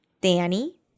Danny